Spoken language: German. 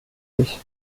dich